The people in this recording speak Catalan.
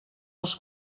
als